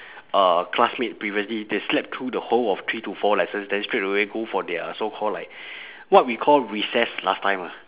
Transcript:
uh classmate previously they slept through the whole of three to four lessons then straightaway go for their so called like what we call recess last time ah